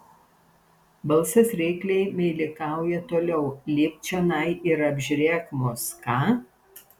balsas reikliai meilikauja toliau lipk čionai ir apžiūrėk mus ką